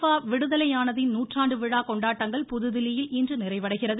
பா விடுதலையானதின் நூற்றாண்டு விழா கொண்டாட்டங்கள் புதுதில்லியில் இன்று நிறைவடைகிறது